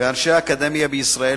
ואנשי אקדמיה בישראל,